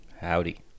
Howdy